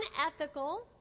unethical